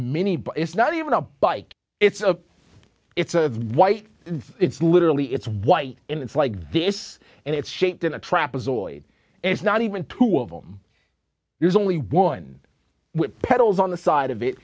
but it's not even a bike it's a it's a white it's literally it's white and it's like this and it's shaped in a trap a zoid it's not even two of them there's only one with petals on the side of it